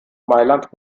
mailand